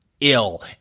ill